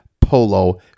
polo